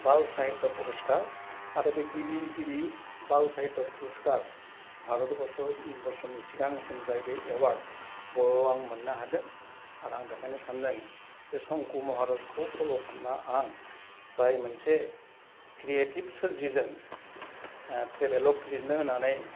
बाल साहित्य परुषकार आरो बे गिबि गिबि बाल साहित्य परुषकार भारतबर्ष बर्षनि सिगां सिन जाहैबाय जाय बे एवार्ड बर'वाव आं मोन्नो हादों आरो आं बेखायनो सानदों संक्य' महारासखौ फल' खालामना आं जाय मोनसे क्रियेटिब सोरजिजों ट्रेभेलग लिरनो होन्नानै